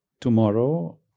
tomorrow